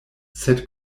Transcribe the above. sed